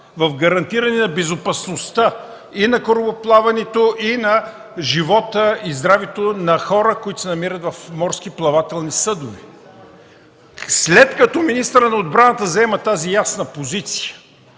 в гарантиране на безопасността на корабоплаването и на живота и здравето на хората, които се намират в морски плавателни съдове. След като министърът на отбраната заема тази ясна позиция,